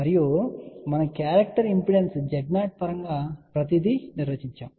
మరియు ఇక్కడ మనము క్యారెక్టరిస్టిక్ ఇంపిడెన్స్ Z0 పరంగా ప్రతి దీ నిర్వచించాము